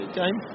game